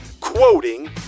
quoting